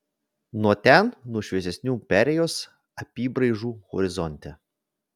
nuo ten nuo šviesesnių perėjos apybraižų horizonte